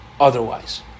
otherwise